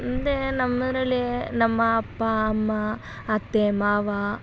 ಮುಂದೆ ನಮ್ಮದರಲ್ಲಿ ನಮ್ಮ ಅಪ್ಪ ಅಮ್ಮ ಅತ್ತೆ ಮಾವ